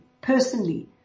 personally